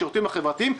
השירותים החברתיים,